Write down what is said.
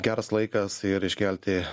geras laikas ir iškelti